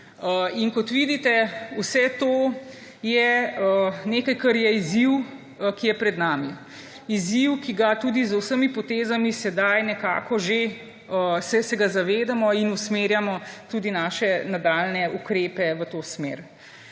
Kot vidite, vse to je izziv, ki je pred nami. Izziv, ki se ga tudi z vsemi potezami sedaj nekako že zavedamo in usmerjamo tudi naše nadaljnje ukrepe v to smer.